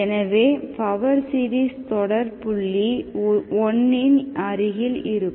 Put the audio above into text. எனவே power series தொடர் புள்ளி 1 இன் அருகில் இருக்கும்